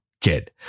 kid